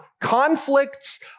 conflicts